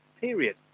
Period